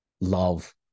love